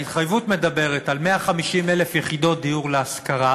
ההתחייבות מדברת על 150,000 יחידות דיור להשכרה,